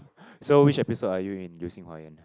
so which episode are you in Liu Xing Hua Yuan